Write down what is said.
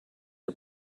are